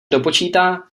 dopočítá